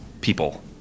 people